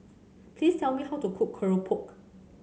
please tell me how to cook keropok